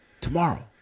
Tomorrow